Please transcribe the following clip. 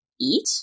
eat